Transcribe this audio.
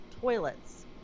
toilets